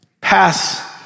pass